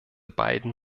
beiden